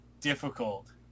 difficult